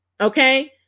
Okay